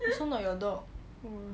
also not your dog